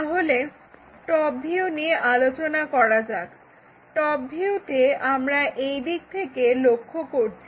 তাহলে টপভিউ নিয়ে আলোচনা করা যাক টপ ভিউতে আমরা এই দিক থেকে লক্ষ্য করছি